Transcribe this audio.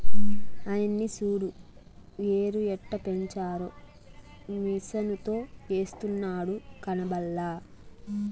ఆయన్ని సూడు ఎరుయెట్టపెంచారో మిసనుతో ఎస్తున్నాడు కనబల్లా